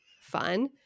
fun